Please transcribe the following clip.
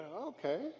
Okay